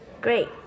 Great